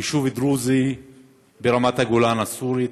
יישוב דרוזי ברמת הגולן הסורית,